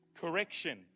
correction